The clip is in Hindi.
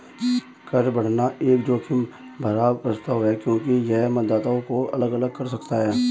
कर बढ़ाना एक जोखिम भरा प्रस्ताव है क्योंकि यह मतदाताओं को अलग अलग कर सकता है